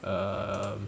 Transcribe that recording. um